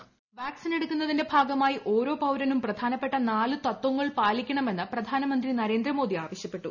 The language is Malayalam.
വോയ്സ് വാക്സിൻ എടുക്കുന്നതിന്റെ ഭാഗമായി ഓരോ പൌരനും പ്രധാനപ്പെട്ട നാല് തത്വങ്ങൾ പാലിക്കണമെന്ന് പ്രധാനമന്ത്രി നരേന്ദ്രമോദി ആവശ്യപ്പെട്ടു